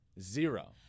zero